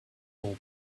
for